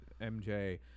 MJ